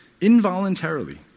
involuntarily